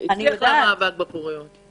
במאבק להחזרת טיפולי הפוריות.